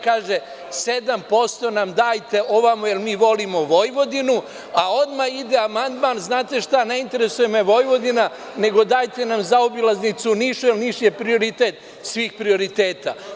Kaže, sedam posto nam dajte jer mi volimo Vojvodinu, a odmah ide amandman znate šta, ne interesuje me Vojvodina nego dajte nam zaobilaznicu Niš jer Niš je prioritet svih prioriteta.